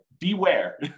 beware